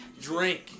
drink